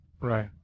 Right